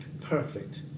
perfect